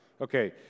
okay